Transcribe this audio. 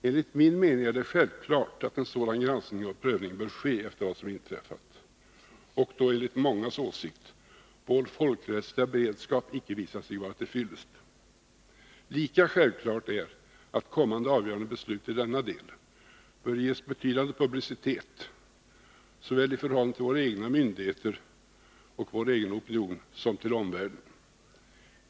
Enligt min mening är det självklart att en sådan granskning och prövning bör ske efter vad som inträffat och då, enligt mångas åsikt, vår folkrättsliga beredskap visat sig icke vara till fyllest. Lika självklart är att kommande avgöranden och beslut i denna del bör ges betydande publicitet, såväl i förhållande till våra egna myndigheter och vår egen opinion som till omvärlden.